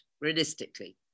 realistically